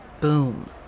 boom